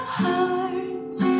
hearts